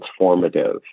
transformative